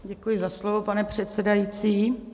Děkuji za slovo, pane předsedající.